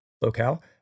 locale